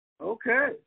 Okay